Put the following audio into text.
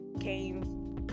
came